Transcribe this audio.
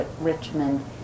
Richmond